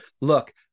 Look